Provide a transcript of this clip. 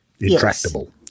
intractable